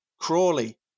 Crawley